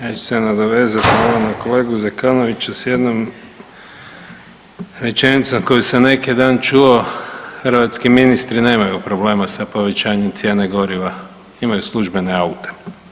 ja ću se nadovezat malo na kolegu Zekanovića s jednom rečenicom koju sam neki dan čuo, hrvatski ministri nemaju problema sa povećanjem cijena goriva imaju službene aute.